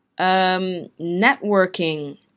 networking